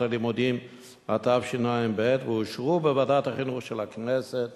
הלימודים התשע"ב ואושרו בוועדת החינוך של הכנסת